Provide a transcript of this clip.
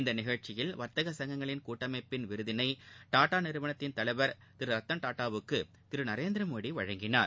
இந்த நிகழ்ச்சியில் வா்த்தக சங்கங்களின் கூட்டமைப்பின் விருதினை டாடா நிறுவனத்தின் தலைவா் திரு ரத்தன் டாடாவுக்கு திரு நரேந்திரமோடி வழங்கினார்